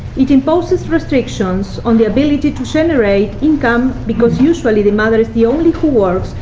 it imposes restrictions on the ability to generate income, because usually the mother is the only who works,